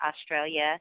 Australia